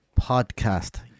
podcast